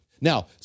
Now